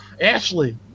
Ashley